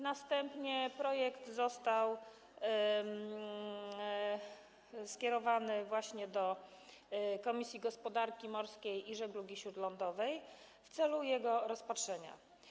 Następnie projekt został skierowany właśnie do Komisji Gospodarki Morskiej i Żeglugi Śródlądowej w celu jego rozpatrzenia.